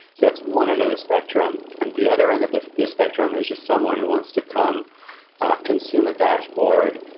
that's one end of the spectrum and the the other end of the the spectrum is just someone who wants to come consume a dashboard,